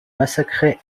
massacrés